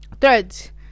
Threads